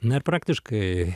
na irpraktiškai